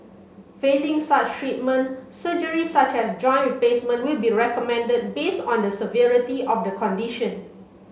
failing such treatment surgery such as joint replacement will be recommended based on the severity of the condition